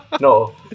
No